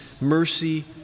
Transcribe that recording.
mercy